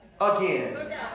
again